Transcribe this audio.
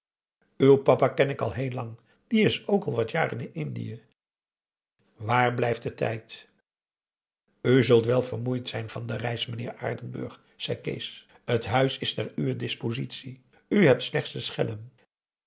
uw papa ken ik al heel lang die is ook al wat jaren in indië waar blijft de tijd p a daum hoe hij raad van indië werd onder ps maurits u zult wel vermoeid zijn van de reis meneer van aardenburg zei kees het huis is ter uwer dispositie u hebt slechts te schellen